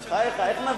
בחייך, איך נביא?